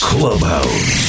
Clubhouse